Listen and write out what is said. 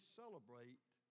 celebrate